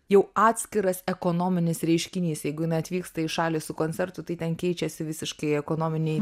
jau atskiras ekonominis reiškinys jeigu jinai atvyksta į šalį su koncertu tai ten keičiasi visiškai ekonominiai